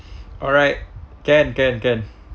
all right can can can